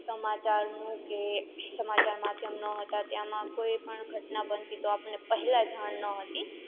સમાચારનું કે સમાચાર માધ્યમો હતા તેમાં કોઈપણ ઘટના બનતી તો આપને પહેલા જાણ નહોતી